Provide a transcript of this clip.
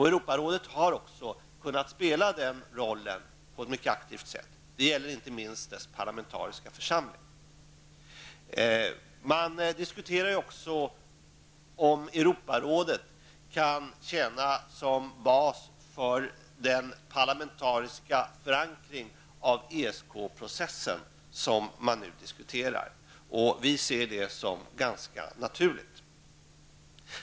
Europarådet har också kunnat spela den rollen på ett mycket aktivt sätt. Det gäller inte minst dess parlamentariska församling. Man diskuterar också om Europarådet kan tjäna som bas för den parlamentariska förankring av ESK-processen som man nu diskuterar. Vi ser det som ganska naturligt.